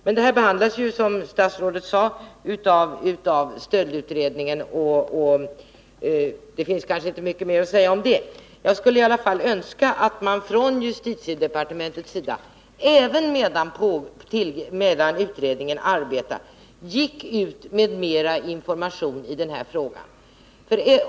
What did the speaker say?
Men det här behandlas, som statsrådet sade, av stöldutredningen, och det finns kanske inte mycket mer att säga om det. Jag skulle i alla fall önska att man från justitiedepartementet — även medan utredningen arbetar — gick ut med mer information i den här frågan.